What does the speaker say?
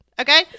okay